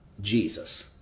Jesus